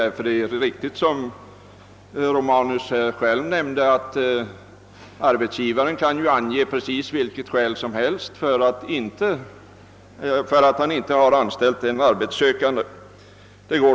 Som herr Romanus nämnde kan arbetsgivaren ange precis vilket skäl som helst för att han inte anställt en arbetssökande.